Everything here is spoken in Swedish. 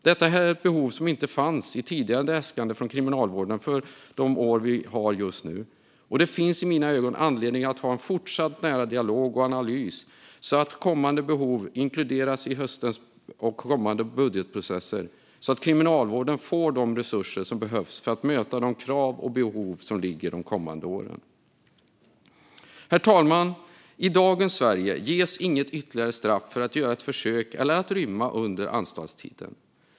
Detta är ett behov som inte fanns i tidigare äskande från Kriminalvården för de år vi talar om just nu, och det finns i mina ögon anledning att ha en fortsatt nära dialog och analys, så att kommande behov inkluderas i de kommande budgetprocesserna, både i höst och senare, och så att Kriminalvården får de resurser som behövs för att möta de krav och behov som finns de kommande åren. Herr talman! I dagens Sverige ger det inget ytterligare straff att göra ett rymningsförsök eller att rymma under anstaltstiden.